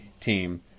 team